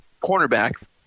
cornerbacks